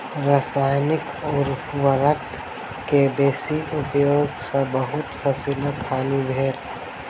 रसायनिक उर्वरक के बेसी उपयोग सॅ बहुत फसीलक हानि भेल